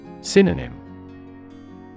Synonym